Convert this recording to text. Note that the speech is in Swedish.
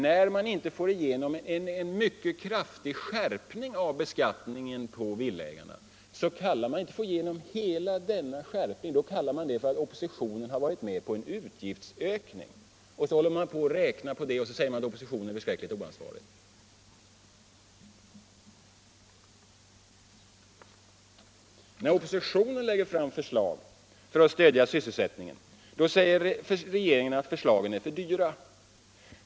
När den inte får igenom hela den mycket kraftiga skärpningen av beskattningen av villaägarna kallar den det att oppositionen varit med om en utgiftsökning, och så säger den att oppositionen är förskräckligt oansvarig. När oppositionen lägger fram förslag för att stödja sysselsättningen säger regeringen att förslagen är för dyra.